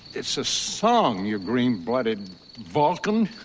it's a song, you green-blooded vulcan.